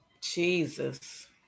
Jesus